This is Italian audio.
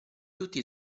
tutti